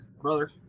brother